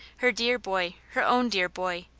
her dear boy, her own dear boy.